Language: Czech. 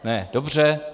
Ne, dobře.